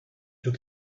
took